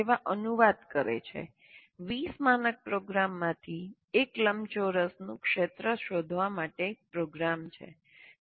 તે આના જેવા અનુવાદ કરે છે 20 માનક પ્રોગ્રામમાંથી એક લંબચોરસનું ક્ષેત્ર શોધવા માટે એક પ્રોગ્રામ છે